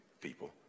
people